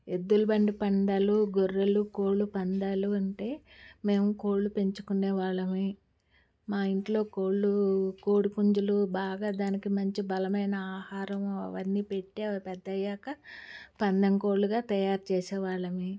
ఎద్దుల బండి పందాలు గొర్రెలు కోళ్లు పందాలు అంటే మేం కోళ్లు పెంచుకునే వాళ్లమీ మా ఇంట్లో కోళ్లు కోడి పుంజులు బాగా దానికి మంచి బలమైన ఆహారము అవన్నీ పెట్టి అవి పెద్దయ్యాక పందెం కోళ్ళుగా తయారు చేసే వాళ్లమీ